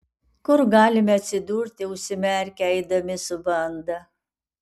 kur galime atsidurti užsimerkę eidami su banda